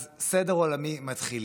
אז סדר עולמי, מתחילים.